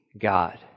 God